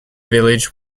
village